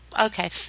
Okay